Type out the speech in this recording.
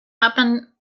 happen